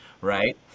right